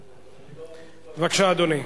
בבקשה, אדוני.